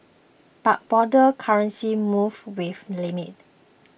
but broader currency moves were limited